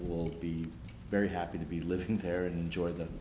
will be very happy to be living there and enjoy the